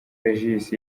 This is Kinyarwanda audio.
regis